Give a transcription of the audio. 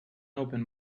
open